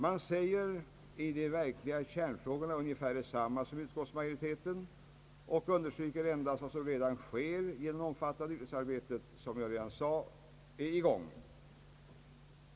Man säger i de verkliga kärnfrågorna ungefär detsamma som utskottsmajoriteten och undersiryker endast vad som redan sker genom det omfattande utredningsarbete som pågår.